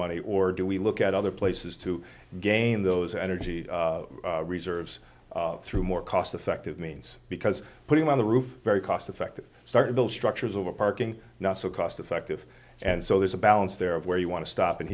money or do we look at other places to gain those energy reserves through more cost effective means because putting on the roof very cost effective start to build structures over parking not so cost effective and so there's a balance there of where you want to stop and